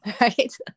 Right